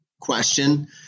question